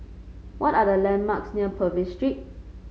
what are the landmarks near Purvis Street